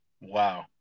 wow